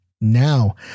Now